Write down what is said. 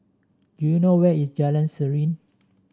do you know where is Jalan Serene